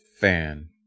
fan